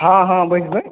हॅं हॅं बैसबै